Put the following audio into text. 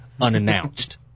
unannounced